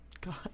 God